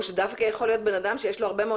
או שדווקא יכול להיות שבן אדם שיש לו הרבה מאוד